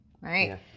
right